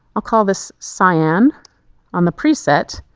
i'll call this cyan on the preset,